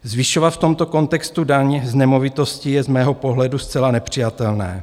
Zvyšovat v tomto kontextu daň z nemovitostí je z mého pohledu zcela nepřijatelné.